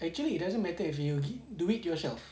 actually it doesn't matter if you do it yourself